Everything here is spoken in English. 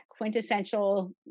quintessential